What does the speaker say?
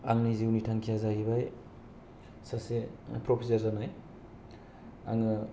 आंनि जिउनि थांखिया जाहैबाय सासे प्रफेसर जानाय आङो